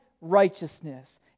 righteousness